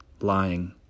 lying